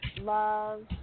love